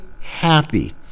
happy